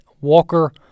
Walker